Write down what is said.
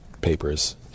papers